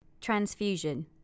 Transfusion